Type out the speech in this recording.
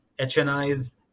hnis